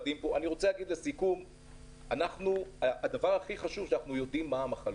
רוצה להגיד לסיכום שהכי חשוב שאנחנו יודעים מה המחלות.